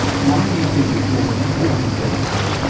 why do you think if there was an antibody deficit,